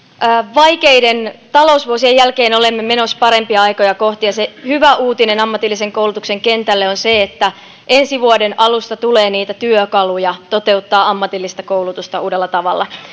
vaikeiden talousvuosien jälkeen olemme menossa parempia aikoja kohti ja se hyvä uutinen ammatillisen koulutuksen kentälle on se että ensi vuoden alusta tulee niitä työkaluja toteuttaa ammatillista koulutusta uudella tavalla